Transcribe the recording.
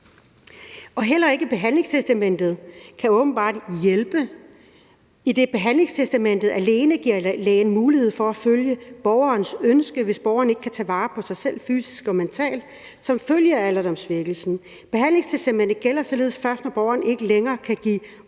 Heller ikke behandlingstestamentet kan åbenbart hjælpe, idet behandlingstestamentet alene giver lægen mulighed for at følge borgerens ønske, hvis borgeren ikke kan tage vare på sig selv fysisk og mentalt som følge af alderdomssvækkelsen. Behandlingstestamentet gælder således først, når borgeren ikke længere kan give udtryk